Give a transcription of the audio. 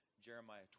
Jeremiah